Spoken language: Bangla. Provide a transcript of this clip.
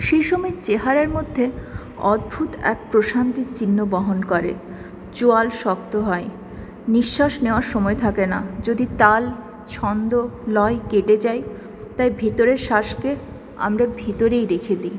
সেই সময় চেহারার মধ্যে অদ্ভূত এক প্রশান্তির চিহ্ন বহন করে চোয়াল শক্ত হয় নিঃশ্বাস নেওয়ার সময় থাকে না যদি তাল ছন্দ লয় কেটে যায় তাই ভিতরের শ্বাসকে আমরা ভিতরেই রেখে দিই